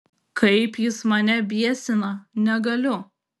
kaip jis mane biesina negaliu